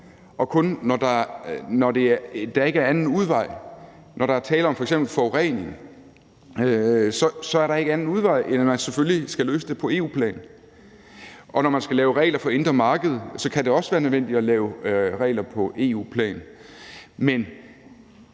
kun, når der ikke er anden udvej, når der er tale om f.eks. forurening, så skal man selvfølgelig løse det på EU-plan. Når man skal lave regler for indre marked, kan det også være nødvendigt at lave regler på EU-plan.